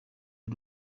y‟u